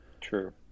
True